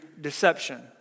deception